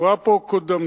דיברה פה קודמתי,